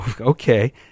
Okay